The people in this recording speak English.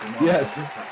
Yes